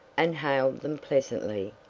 and hailed them pleasantly.